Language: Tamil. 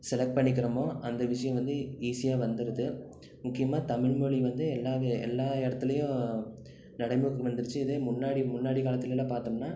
செலக்ட் பண்ணிக்கிறமோ அந்த விஷயம் வந்து ஈஸியாக வந்துருது முக்கியமாக தமிழ் மொழி வந்து எல்லாவே எல்லா இடத்துலையும் நடைமுறைக்கு வந்துருச்சு இதே முன்னாடி முன்னாடி காலத்துலலாம் பார்த்தோம்னா